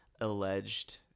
alleged